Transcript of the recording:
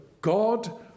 God